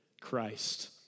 Christ